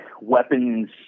weapons